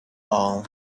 all